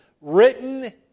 written